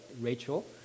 Rachel